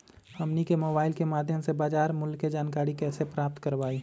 हमनी के मोबाइल के माध्यम से बाजार मूल्य के जानकारी कैसे प्राप्त करवाई?